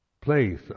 place